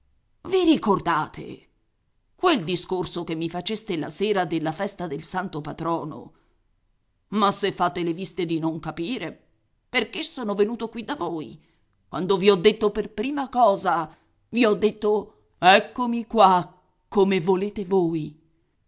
i ricordate quel discorso che mi faceste la sera della festa del santo patrono ma se fate le viste di non capire perché sono venuto qui da voi quando vi ho detto per prima cosa i ho detto eccomi qua come volete voi